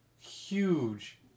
huge